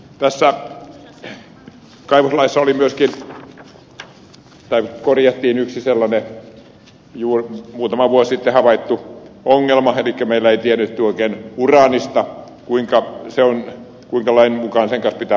tässä kaivoslaissa korjattiin myöskin yksi muutama vuosi sitten havaittu ongelma elikkä meillä ei tiedetty oikein uraanista kuinka sen kanssa lain mukaan pitää menetellä